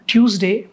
Tuesday